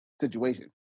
situation